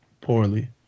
poorly